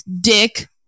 Dick